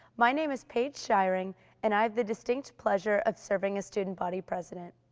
my name is paige shiring and i have the distinct pleasure of serving as student body president.